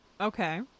okay